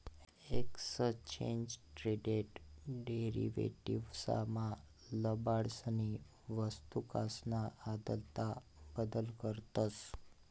exchange traded derivatives मा लबाडसनी वस्तूकासन आदला बदल करतस